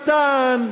שטויות.